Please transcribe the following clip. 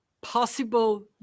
Possible